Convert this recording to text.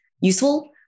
useful